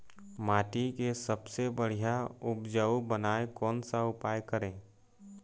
माटी के सबसे बढ़िया उपजाऊ बनाए कोन सा उपाय करें?